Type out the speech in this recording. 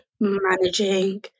managing